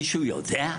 מישהו יודע?